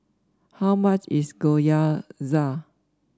how much is Gyoza